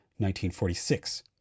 1946